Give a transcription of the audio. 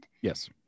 Yes